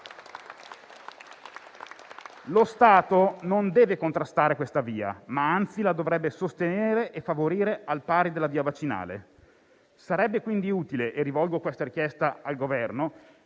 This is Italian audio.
Lo Stato non deve contrastare questa via, ma, anzi, la dovrebbe sostenere e favorire al pari della via vaccinale. Rivolgo questa richiesta al Governo: